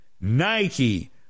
Nike